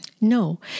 No